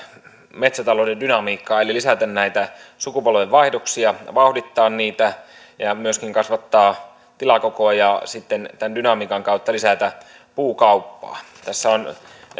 metsätalouden dynamiikkaa eli lisätä näitä sukupolvenvaihdoksia vauhdittaa niitä ja myöskin kasvattaa tilakokoja ja sitten tämän dynamiikan kautta lisätä puukauppaa tässä on